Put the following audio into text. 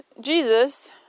Jesus